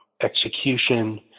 execution